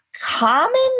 common